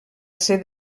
ser